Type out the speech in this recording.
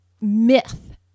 myth